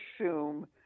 assume